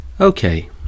Okay